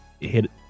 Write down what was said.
hit